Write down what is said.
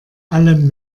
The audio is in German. allem